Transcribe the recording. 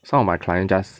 some of my client just